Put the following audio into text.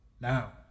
Now